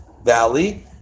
Valley